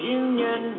union